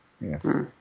Yes